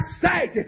sight